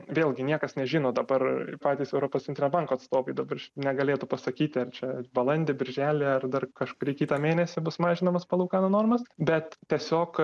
vėlgi niekas nežino dabar patys europos centrinio banko atstovai dabar negalėtų pasakyti ar čia balandį birželį ar dar kažkurį kitą mėnesį bus mažinamos palūkanų normos bet tiesiog